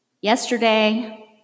Yesterday